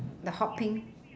the hot pink